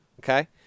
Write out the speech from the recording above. okay